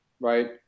right